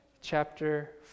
chapter